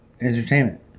entertainment